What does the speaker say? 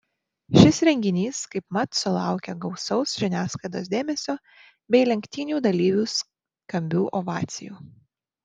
šis reginys kaipmat sulaukė gausaus žiniasklaidos dėmesio bei lenktynių dalyvių skambių ovacijų